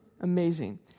Amazing